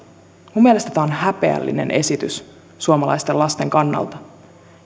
minun mielestäni tämä on häpeällinen esitys suomalaisten lasten kannalta